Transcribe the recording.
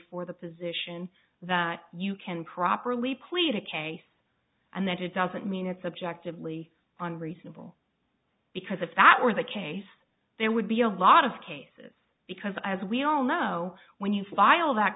for the position that you can properly plead a case and that it doesn't mean it's objectively on reasonable because if that were the case there would be a lot of cases because as we all know when you file that